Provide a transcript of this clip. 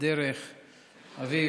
בדרך אביו,